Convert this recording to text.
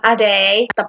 Ade